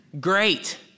Great